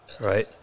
right